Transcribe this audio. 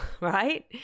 right